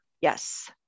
Yes